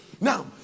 Now